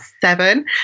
seven